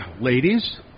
Ladies